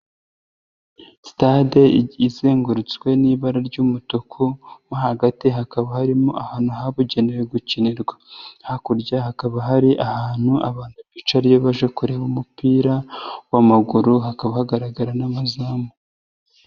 Sitade izengurutswe n'ibara ry'umutuku mo hagati hakaba harimo ahantu habugenewe gukinirwa. Hakurya hakaba hari ahantu abantu bica iyo baje kureba umupira w'amaguru, hakaba hagaragara n'amazamu.